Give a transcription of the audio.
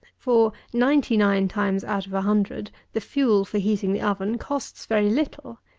for, ninety-nine times out of a hundred, the fuel for heating the oven costs very little.